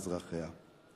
אזרחיה.